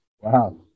Wow